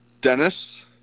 Dennis